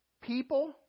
people